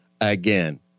again